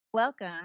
Welcome